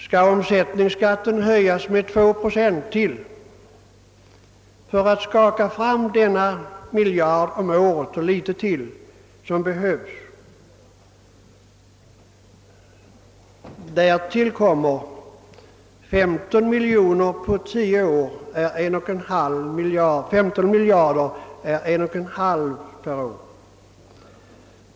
Skall omsättningsskatten höjas med två procent till för att skaka fram 1,5 miljard om året?